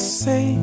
say